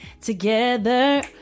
together